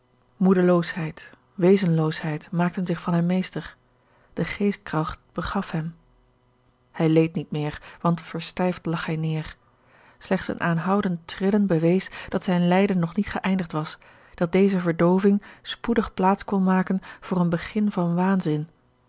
moedeloosheid wezenloosheid maakten zich van hem meester de geestkracht begaf hem hij leed niet meer want verstijfd lag hij neêr slechts een aanhoudend trillen bewees dat zijn lijden nog niet geëindigd was dat deze verdooving spoedig plaats kon maken voor een begin van waanzin